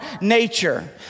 nature